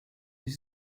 this